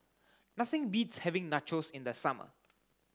nothing beats having Nachos in the summer